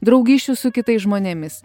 draugysčių su kitais žmonėmis